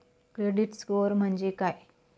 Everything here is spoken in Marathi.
क्रेडिट स्कोअर म्हणजे काय?